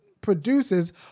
produces